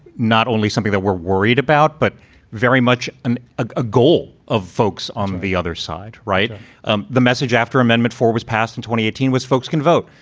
not only something that we're worried about, but very much and a goal of folks on the other side. right um the message after amendment four was passed in twenty eighteen was folks can vote.